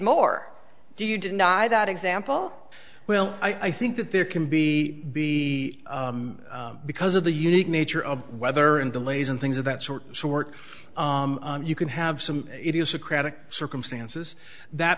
more do you deny that example well i think that there can be the because of the unique nature of weather and delays and things of that sort sort you can have some idiosyncratic circumstances that